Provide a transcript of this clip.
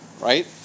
right